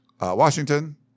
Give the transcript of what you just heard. Washington